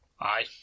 Aye